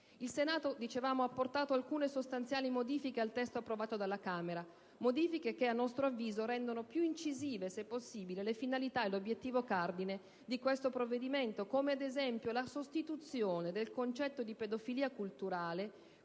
Il Senato ha apportato alcune sostanziali modifiche al testo approvato dalla Camera, che a nostro avviso rendono più incisive, se possibile, le finalità e l'obiettivo cardine di questo provvedimento. Mi riferisco, ad esempio, alla sostituzione del concetto di pedofilia culturale